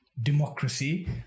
democracy